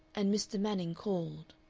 and mr. manning called.